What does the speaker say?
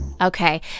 Okay